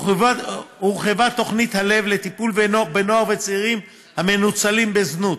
הורחבה תוכנית "הלב" לטיפול בנוער וצעירים המנוצלים בזנות.